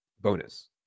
bonus